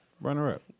runner-up